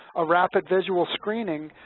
a rapid visual screening,